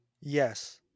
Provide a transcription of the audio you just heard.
yes